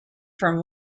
from